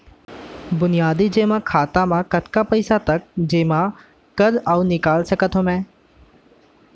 बुनियादी जेमा खाता म कतना पइसा तक जेमा कर अऊ निकाल सकत हो मैं?